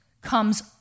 comes